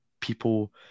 people